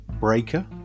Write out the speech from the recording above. Breaker